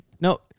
No